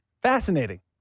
Fascinating